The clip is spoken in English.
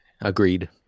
Agreed